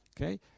okay